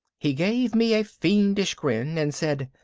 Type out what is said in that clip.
he gave me a fiendish grin and said,